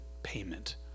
Payment